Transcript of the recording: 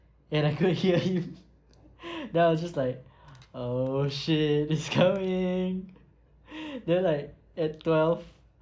and I couldn't hear him then I was just like oh shit is coming then like at twelve